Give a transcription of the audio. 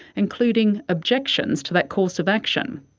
including objections to that course of action.